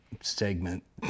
segment